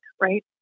right